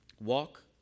walk